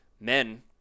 men